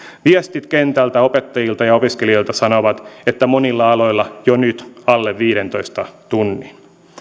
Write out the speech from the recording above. viestit kentältä opettajilta ja opiskelijoilta sanovat että monilla aloilla jo nyt alle viidentoista tunnin